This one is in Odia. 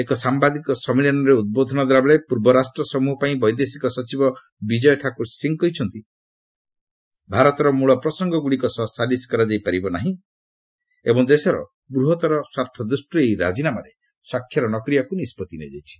ଏକ ସାମ୍ବାଦିକ ସମ୍ମିଳନୀରେ ଉଦ୍ବୋଧନ ଦେଲାବେଳେ ପୂର୍ବ ରାଷ୍ଟ୍ର ସମ୍ଭହ ପାଇଁ ବୈଦେଶିକ ସଚିବ ବିଜୟ ଠାକୁର ସିଂହ କହିଛନ୍ତି ଭାରତର ମୂଳ ପ୍ରସଙ୍ଗଗୁଡ଼ିକ ସହ ସାଲିସ କରାଯାଇ ପାରିବ ନାହିଁ ଏବଂ ଦେଶର ବୃହତର ସ୍ୱାର୍ଥ ଦୃଷ୍ଟିରୁ ଏହି ରାଜିନାମାରେ ସ୍ୱକ୍ଷର ନ କରିବାକୁ ନିଷ୍ପଭି ନିଆଯାଇଛି